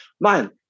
man